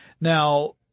Now